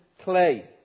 clay